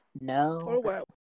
No